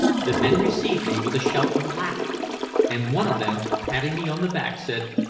the men received me with a shout of laughter and one of them, patting me on the back, said,